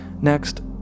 next